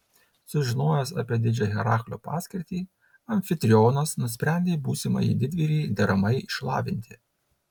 sužinojęs apie didžią heraklio paskirtį amfitrionas nusprendė būsimąjį didvyrį deramai išlavinti